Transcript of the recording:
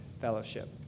fellowship